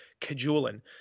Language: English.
cajoling